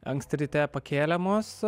anksti ryte pakėlė mus